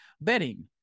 betting